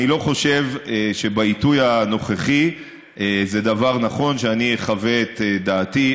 אני לא חושב שבעיתוי הנוכחי זה דבר נכון שאני אחווה את דעתי.